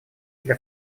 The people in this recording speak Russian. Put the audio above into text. для